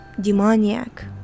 demoniac